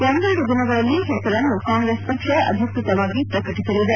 ಒಂದೆರೆಡು ದಿನಗಳಲ್ಲಿ ಹೆಸರನ್ನು ಕಾಂಗ್ರೆಸ್ ಪಕ್ಷ ಅಧಿಕೃತವಾಗಿ ಪ್ರಕಟಿಸಲಿದೆ